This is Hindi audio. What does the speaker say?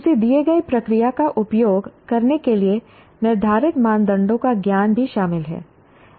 किसी दिए गए प्रक्रिया का उपयोग करने के लिए निर्धारित मानदंडों का ज्ञान भी शामिल है